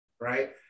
right